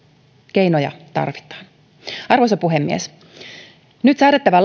keinoja tarvitaan arvoisa puhemies nyt säädettävä